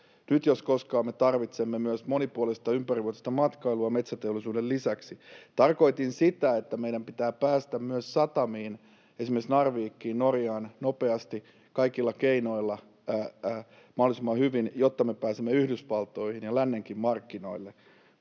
Nyt jos koskaan me tarvitsemme myös monipuolista ympärivuotista matkailua metsäteollisuuden lisäksi. Tarkoitin sitä, että meidän pitää päästä myös satamiin, esimerkiksi Narvikiin Norjaan, nopeasti kaikilla keinoilla, mahdollisimman hyvin, jotta me pääsemme Yhdysvaltoihin ja lännenkin markkinoille,